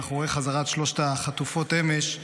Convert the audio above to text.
מאחורי חזרת שלוש החטופות אמש,